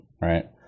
right